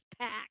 packed